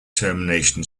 termination